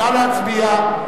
נא להצביע.